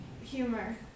humor